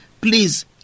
please